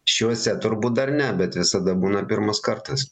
šiuose turbūt dar ne bet visada būna pirmas kartas